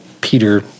Peter